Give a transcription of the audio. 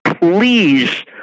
please